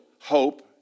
hope